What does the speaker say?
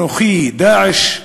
אנוכי "דאעש",